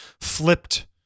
flipped